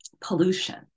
pollution